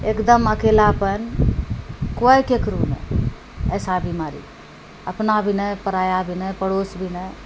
एकदम अकेलापन कोइ ककरो नहि ऐसा बीमारी अपना भी नहि पराया भी नहि पड़ोस भी नहि